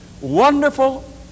Wonderful